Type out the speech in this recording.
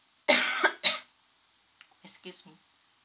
excuse me